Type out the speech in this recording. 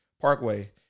Parkway